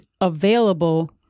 available